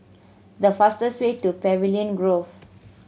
the fastest way to Pavilion Grove